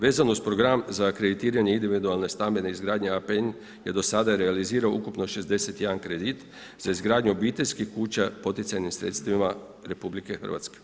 Vezano uz program za kreditiranje individualne stambene izgradnje APN je do sada realizirao ukupno 61 kredit za izgradnju obiteljskih kuća poticajnim sredstvima RH.